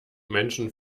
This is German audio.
menschen